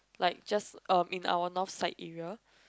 like just uh in our north side area